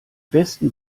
besten